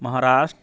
Maharashtra